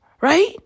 right